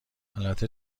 البته